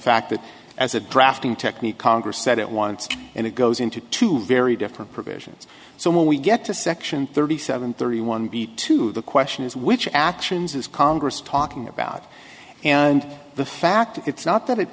fact that as a drafting technique congress said it wants and it goes into two very different provisions so when we get to section thirty seven thirty one b two the question is which actions is congress talking about and the fact it's not that it